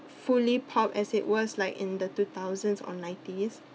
fully pop as it was like in the two thousands or nineties